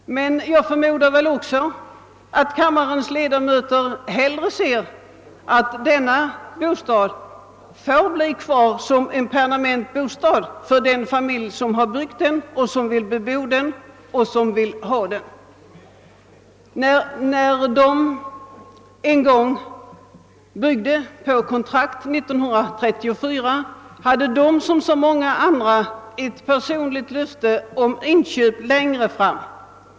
Jag antar emellertid att kammarens ledamöter hellre ser att en sådan bostad får kvarstå som permanent bostad för den familj som byggt den och vill bebo den. När vederbörande byggde enligt kontrakt 1934 hade de, som så många andra, ett personligt löfte om inköp längre fram.